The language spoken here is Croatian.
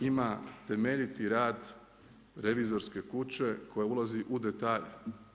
Ima temeljiti rad revizorske kuće koja ulazi u detalje.